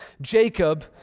Jacob